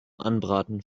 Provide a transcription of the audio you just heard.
anbraten